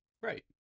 right